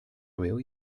will